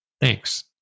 Thanks